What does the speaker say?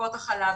טיפות החלב.